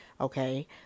okay